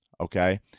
Okay